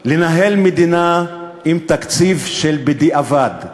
לנהל מדינה עם תקציב של בדיעבד,